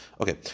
Okay